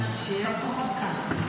איומים על היועצת המשפטית,